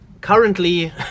currently